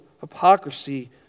hypocrisy